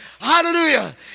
hallelujah